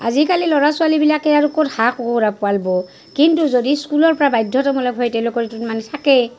আজিকালি ল'ৰা ছোৱালীবিলাকে আৰু ক'ত হাঁহ কুকুৰা পালব কিন্তু যদি স্কুলৰ পৰা বাধ্যতামূলক হয় তেওঁলোকৰ এইটোত মানে থাকে